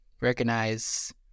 recognize